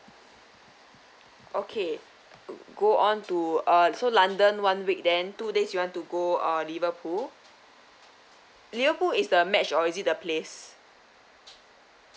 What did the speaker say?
okay go on to uh so london one week then two days you want to go uh liverpool liverpool is the match or is it the place